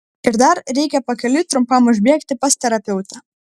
ir dar reikia pakeliui trumpam užbėgti pas terapeutę